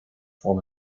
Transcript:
from